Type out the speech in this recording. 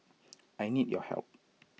I need your help